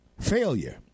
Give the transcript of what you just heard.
Failure